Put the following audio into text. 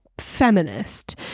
feminist